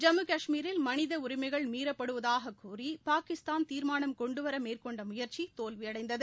ஜம்மு காஷ்மீரில் மனித உரிமைகள் மீறப்படுவதாகக் கூறி பாகிஸ்தான் தீர்மானம் கொண்டுவர மேற்கொண்ட முயற்சி தோல்வி அடைந்தது